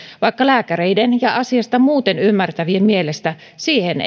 vaikka lääkäreiden ja asiasta muuten ymmärtävien mielestä siihen